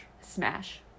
Smash